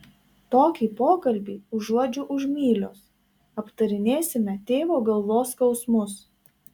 tokį pokalbį užuodžiu už mylios aptarinėsime tėvo galvos skausmus